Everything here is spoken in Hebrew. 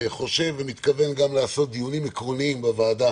מתכוון לעשות גם דיונים עקרוניים בוועדה